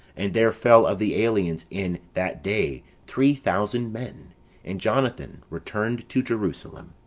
and there fell of the aliens in that day three thousand men and jonathan returned to jernsalem.